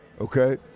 okay